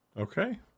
Okay